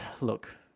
look